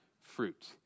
fruit